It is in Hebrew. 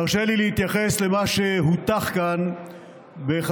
תרשה לי להתייחס למה שהוטח כאן בחברת